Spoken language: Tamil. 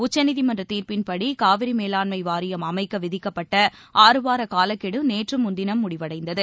உச்சநீதிமன்ற தீர்ப்பின்படி காவிரி மேலாண்மை வாரியம் அமைக்க விதிக்கப்பட்ட ஆறுவார காலக்கெடு நேற்று முன்தினம் முடிவடைந்தது